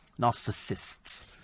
Narcissists